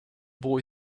boy